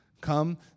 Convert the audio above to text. come